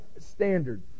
standard